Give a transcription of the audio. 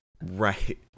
Right